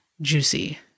Juicy